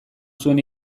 zuen